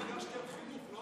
אני הגשתי על חינוך.